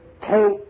Take